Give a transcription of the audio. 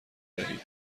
دهید